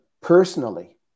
personally